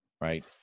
right